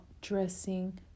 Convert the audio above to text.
dressing